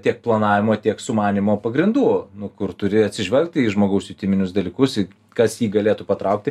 tiek planavimo tiek sumanymo pagrindų nu kur turi atsižvelgti į žmogaus jutiminius dalykus į kas jį galėtų patraukti